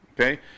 okay